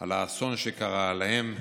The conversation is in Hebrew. על האסון שקרה להם,